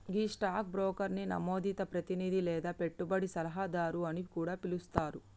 గీ stock బ్రోకర్ని నమోదిత ప్రతినిధి లేదా పెట్టుబడి సలహాదారు అని కూడా పిలుస్తారు